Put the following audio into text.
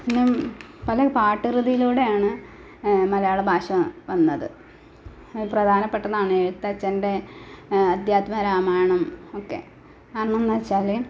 പല പാട്ടു കൃതിയിലൂടെയാണ് മലയാള ഭാഷ വന്നത് പ്രധാനപ്പെട്ടതാണ് എഴുത്തച്ഛന്റെ അദ്യാത്മ രാമായണം ഒക്കെ കാരണം എന്നു വച്ചാൽ